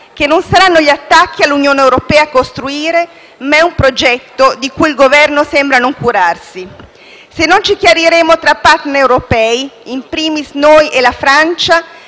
che saranno non gli attacchi all'Unione europea a costruire, ma un progetto di cui il Governo sembra non curarsi. Se non ci chiariremo tra *partner* europei - *in primis*, noi e la Francia